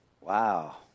Wow